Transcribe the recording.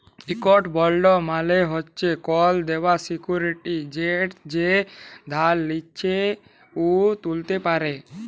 ইকট বল্ড মালে হছে কল দেলার সিক্যুরিটি যেট যে ধার লিছে উ তুলতে পারে